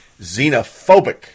xenophobic